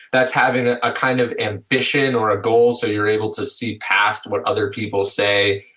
that's having a ah kind of ambition or ah goal so you're able to see past what other people say,